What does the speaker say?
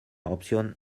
opción